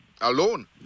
alone